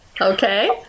Okay